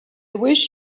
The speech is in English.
wish